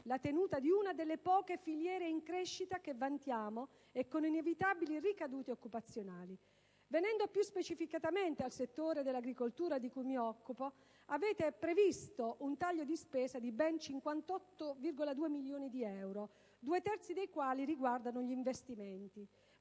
la tenuta di una delle poche filiere in crescita che il nostro Paese vanta e con inevitabili ricadute occupazionali. Venendo più specificamente al settore dell'agricoltura, di cui mi occupo, avete previsto un taglio di spesa di ben 58,2 milioni di euro, due terzi dei quali riguardano gli investimenti.